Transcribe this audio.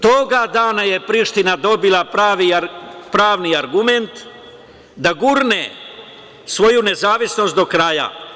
Toga dana je Priština dobila pravni argument da gurne svoju nezavisnost do kraja.